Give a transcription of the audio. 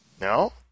No